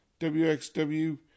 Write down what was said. WXW